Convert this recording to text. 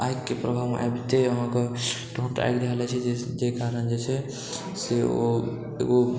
आगिके प्रभावमे आबिते अहाँके तुरन्त आगि धऽ लै छै जे कारण जे छै से ओ